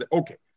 okay